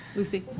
lucy?